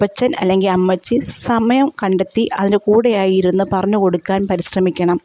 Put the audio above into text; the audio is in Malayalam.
അപ്പച്ചൻ അല്ലെങ്കിൽ അമ്മച്ചി സമയം കണ്ടെത്തി അതിന് കൂടെയായിരുന്ന് പറഞ്ഞ് കൊടുക്കാൻ പരിശ്രമിക്കണം